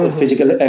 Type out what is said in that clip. physical